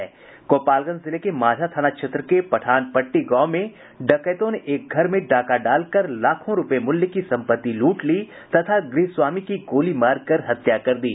गोपालगंज जिले के माझा थाना क्षेत्र के पठानपट्टी गांव में डकैतों ने एक घर में डाका डालकर लाखों रुपये मूल्य की संपति लूट ली तथा गृहस्वामी की गोली मारकर हत्या कर दी